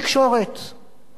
מי שרוצה להיות עיתונאי,